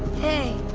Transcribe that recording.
hey,